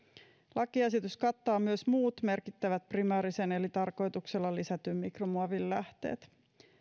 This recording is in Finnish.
lakiesitys kattaa myös muut merkittävät primäärisen eli tarkoituksella lisätyn mikromuovin lähteet